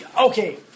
okay